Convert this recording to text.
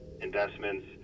investments